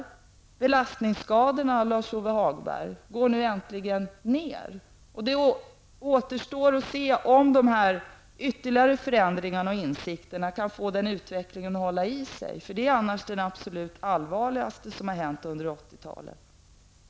Antalet belastningsskador går nu, Lars-Ove Hagberg, äntligen ned, och det återstår att se om förändringarna och de nya insikterna kan få den utvecklingen att hålla i sig. Det är det absolut viktigaste som har hänt under 80-talet.